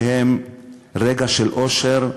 שהם רגע של אושר?